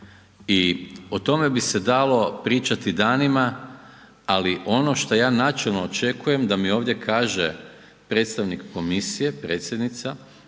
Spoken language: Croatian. I o tome bi se dalo pričati danima, ali ono šta ja načelno očekujem da mi ovdje kaže predstavnik komisije, predsjednica,